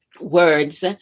words